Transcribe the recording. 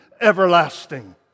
everlasting